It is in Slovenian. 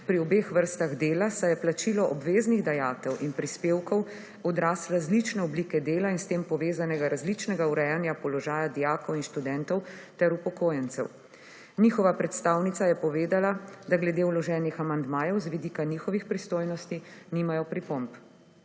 pri obeh vrstah dela, saj je plačilo obveznih dajatev in prispevkov odraz različne oblike dela in s tem povezanega različnega urejanja položaja dijakov in študentov ter upokojencev. Njihova predstavnica je povedala, da glede vloženih amandmajev z vidika njihovih pristojnosti nimajo pripomb.